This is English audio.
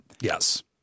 Yes